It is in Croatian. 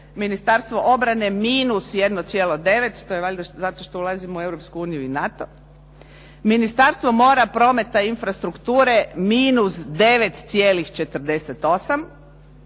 Ministarstvo obrane -1,9. To je valjda zato što ulazimo u Europsku uniju i NATO. Ministarstvo mora, prometa i infrastrukture -9,48